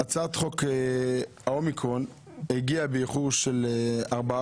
הצעת חוק האומיקרון הגיעה באיחור של ארבעה